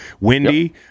windy